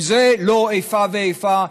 אם זו לא איפה ואיפה,